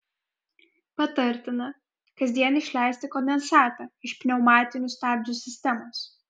patartina kasdien išleisti kondensatą iš pneumatinių stabdžių sistemos